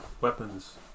Weapons